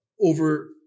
over